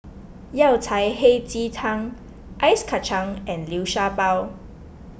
Yao Cai Hei Ji Tang Ice Kacang and Liu Sha Bao